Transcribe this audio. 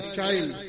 child